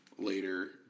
later